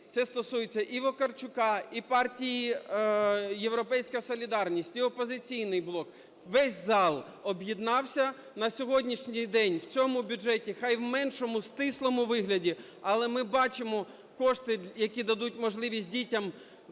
Це стосується і Вакарчука, і партії "Європейська солідарність", і "Опозиційний блок" – весь зал об'єднався. На сьогоднішній день в цьому бюджеті, хай в меншому, стислому вигляді, але ми бачимо кошти, які дадуть можливість дітям продовжувати